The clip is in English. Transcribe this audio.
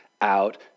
out